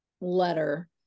letter